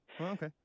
Okay